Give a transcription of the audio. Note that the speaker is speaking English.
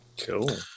Cool